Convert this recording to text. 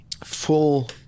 Full